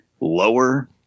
lower